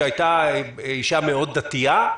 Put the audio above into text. שהייתה אישה מאוד דתייה,